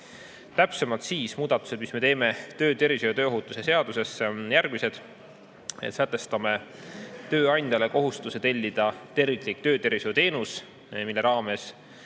Täpsemalt siis on muudatused, mis me teeme töötervishoiu ja tööohutuse seadusesse, järgmised. Sätestame tööandjale kohustuse tellida terviklik töötervishoiuteenus, mille raames